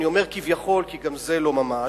אני אומר "כביכול" כי גם זה לא ממש,